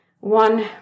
one